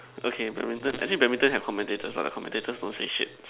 okay badminton I think badminton have commentators what the commentators don't say shit